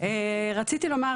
רציתי לומר